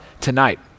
tonight